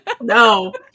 No